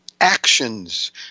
actions